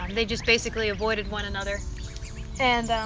and they just basically avoided one another and